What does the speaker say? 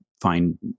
find